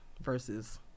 versus